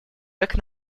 как